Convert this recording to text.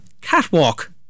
Catwalk